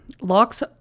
locks